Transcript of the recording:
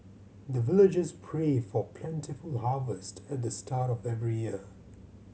the villagers pray for plentiful harvest at the start of every year